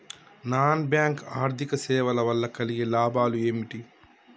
Non bank ఆర్థిక సేవల వల్ల కలిగే లాభాలు ఏమిటి?